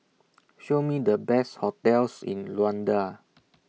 Show Me The Best hotels in Luanda